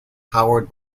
howard